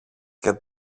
και